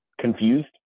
confused